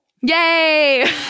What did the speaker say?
Yay